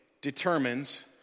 determines